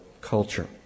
culture